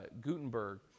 Gutenberg